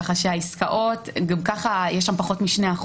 ככה שהעסקאות גם ככה יש שם פחות מ-2%.